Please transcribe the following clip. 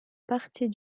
partie